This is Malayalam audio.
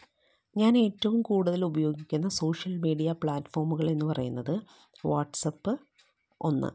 ഞാൻ ഏറ്റവും കൂടുതൽ ഉപയോഗിക്കുന്ന സോഷ്യൽ മീഡിയാ പ്ലാറ്റ്ഫോമുകൾ എന്ന് പറയുന്നത് വാട്സ്പ്പ് ഒന്ന്